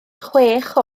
chwech